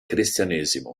cristianesimo